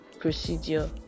procedure